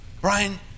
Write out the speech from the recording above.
Brian